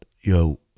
Yo